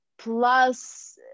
plus